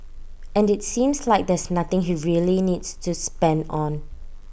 and IT seems like there's nothing he really needs to spend on